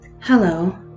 Hello